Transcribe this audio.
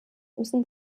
mussten